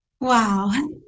Wow